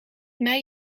mij